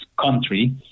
country